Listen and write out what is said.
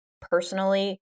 personally